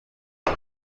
بود